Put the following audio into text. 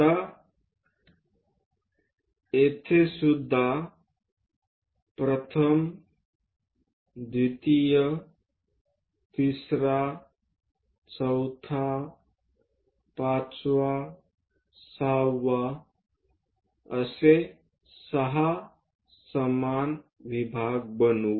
आता येथेसुद्धा प्रथम द्वितीय तिसरा चौथा पाचवा सहावा सहा समान विभाग बनवू